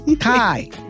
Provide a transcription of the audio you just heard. Hi